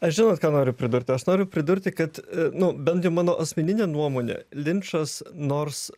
ar žinot ką noriu pridurti aš noriu pridurti kad nu bent jau mano asmenine nuomone linčas nors